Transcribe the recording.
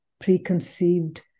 preconceived